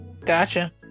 gotcha